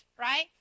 right